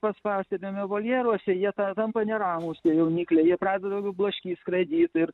paspausti ten voljeruose jie tampa neramūs tie jaunikliai pradeda blaškyt skraidyt ir